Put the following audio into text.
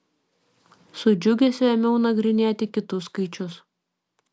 su džiugesiu ėmiau nagrinėti kitus skaičius